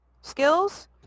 Skills